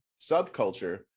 subculture